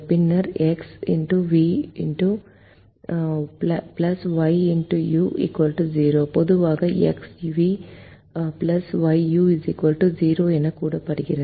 பின்னர் X V Y U 0 பொதுவாக XV YU 0 எனக் கூறப்படுகிறது